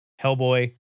Hellboy